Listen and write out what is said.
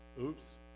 oops